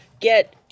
get